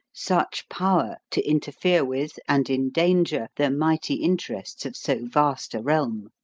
such power to interfere with and endanger the mighty interests of so vast a realm.